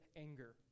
anger